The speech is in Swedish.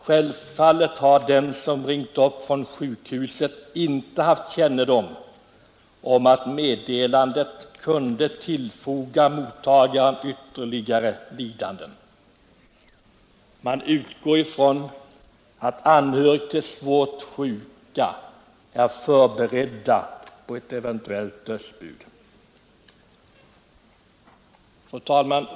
Självfallet har den som ringt upp från sjukhuset inte haft kännedom om att meddelandet kunde tillfoga mottagaren ytterligare lidanden. Man utgår ifrån att anhöriga till svårt sjuka är förberedda på ett eventuellt dödsbud. Fru talman!